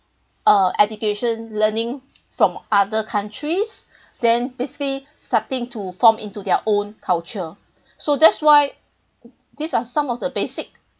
uh education learning from other countries then basically starting to form into their own culture so that's why these are some of the basic